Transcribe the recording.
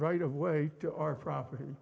right of way to our property